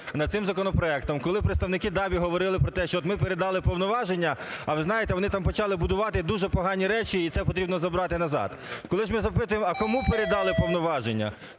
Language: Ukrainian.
над цим законопроектом, коли представники ДАБІ говорили про те, що от ми передали повноваження, а ви знаєте, вони там почали будувати дуже погані речі і це потрібно забрати назад. Коли ж ми запитуємо, а кому передали повноваження?